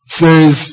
says